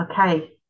okay